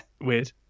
weird